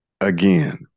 again